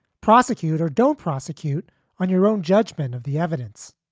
prosecute or don't prosecute on your own judgment of the evidence.